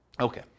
Okay